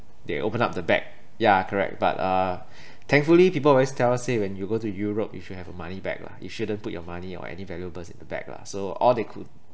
they open up the bag ya correct but uh thankfully people always tell us say when you go to Europe you should have a money bag lah you shouldn't put your money or any valuables in the bag lah so all they could